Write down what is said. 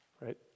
right